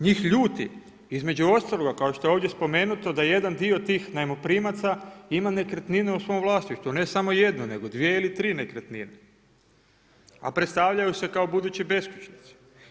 Njih ljuti između ostaloga kao što je ovdje spomenuto da jedan dio tih najmoprimaca ima nekretninu u svom vlasništvu, ne samo jednu nego dvije ili tri nekretnine, a predstavljaju se kao budući beskućnici.